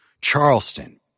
Charleston